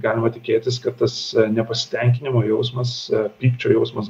galima tikėtis kad tas nepasitenkinimo jausmas pykčio jausmas